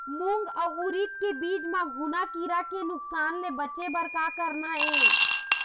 मूंग अउ उरीद के बीज म घुना किरा के नुकसान ले बचे बर का करना ये?